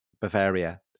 Bavaria